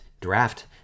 draft